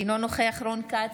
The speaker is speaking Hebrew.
אינו נוכח רון כץ,